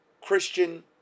Christian